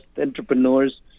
entrepreneurs